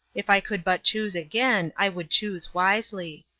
if i could but choose again, i would choose wisely.